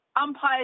Umpires